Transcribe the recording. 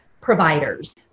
providers